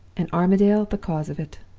and armadale the cause of it!